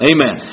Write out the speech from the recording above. Amen